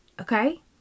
Okay